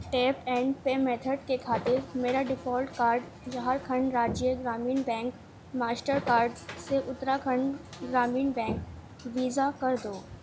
tape and pay method کی خاطر میرا default card Jharkhand Rajya Gramin bank Mastercard سے اتراکھنڈ گرامین بینک ویزا کر دو